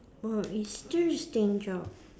oh interesting job